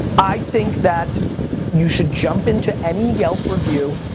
i think that you should jump into any yelp review,